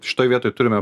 štai tai turime